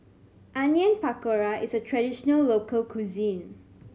Onion Pakora is a traditional local cuisine